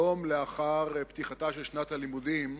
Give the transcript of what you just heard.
יום לאחר פתיחתה של שנת הלימודים,